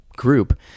group